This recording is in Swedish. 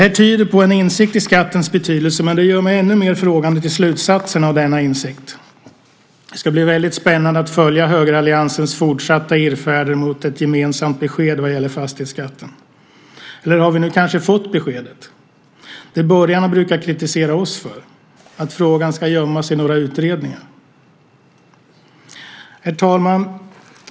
Detta tyder på en insikt om skattens betydelse, men det gör mig ännu mer frågande till slutsatserna av denna insikt. Det ska bli spännande att följa högeralliansens fortsatta irrfärder mot ett gemensamt besked vad gäller fastighetsskatten. Eller har vi nu fått beskedet, det vill säga det borgarna brukar kritisera oss för - att frågan ska gömmas i några utredningar? Herr talman!